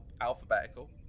alphabetical